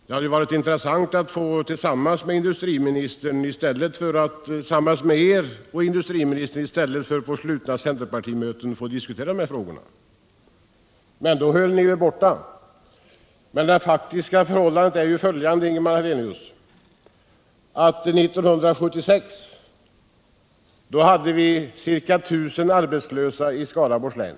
Det hade varit intressant om de här frågorna i stället för att diskuteras på slutna partimöten hade kunnat diskuteras tillsammans med er och industriministern här i riksdagen, men då höll ni er borta. Det faktiska förhållandet är ändå följande, Ingemar Hallenius: 1976 hade vi ca I 000 arbetslösa i Skaraborgs län.